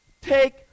take